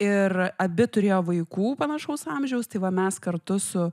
ir abi turėjo vaikų panašaus amžiaus tai va mes kartu su